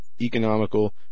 economical